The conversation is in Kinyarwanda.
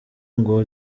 ngo